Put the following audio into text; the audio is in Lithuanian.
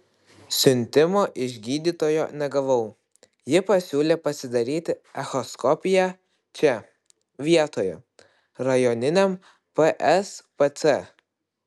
siuntimo iš gydytojo negavau ji pasiūlė pasidaryti echoskopiją čia vietoje rajoniniam pspc